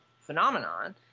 phenomenon